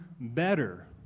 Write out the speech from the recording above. better